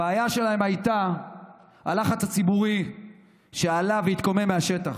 הבעיה שלהם הייתה הלחץ הציבורי שעלה והתקומם מהשטח.